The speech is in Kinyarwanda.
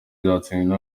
byatsinzwe